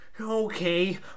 Okay